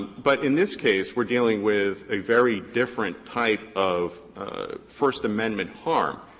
but in this case, we're dealing with a very different type of first amendment harm.